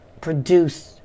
produced